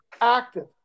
active